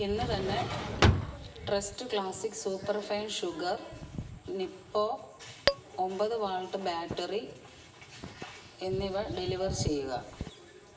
ഇന്ന് തന്നെ Trust classic super fine sugar Nippo ഒമ്പത് വാൾട്ട് ബാറ്ററി എന്നിവ ഡെലിവർ ചെയ്യുക